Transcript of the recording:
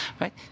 right